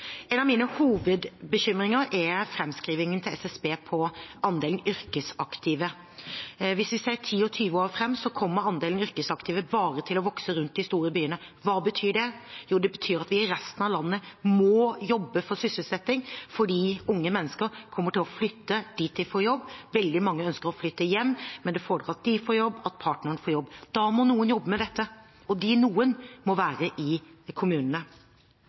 En av mine hovedbekymringer er SSBs framskriving av andelen yrkesaktive. Hvis vi ser 10–20 år fram i tid, kommer andelen yrkesaktive til å vokse bare rundt de store byene. Hva betyr det? Jo, det betyr at vi i resten av landet må jobbe for sysselsetting, for unge mennesker kommer til å flytte dit de får jobb. Veldig mange ønsker å flytte hjem, men det fordrer at de og partneren får jobb. Da må noen jobbe med dette, og de «noen» må være i kommunene.